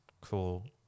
cool